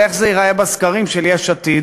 ואיך זה ייראה בסקרים של יש עתיד,